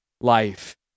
life